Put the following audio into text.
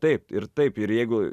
taip ir taip ir jeigu